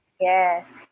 Yes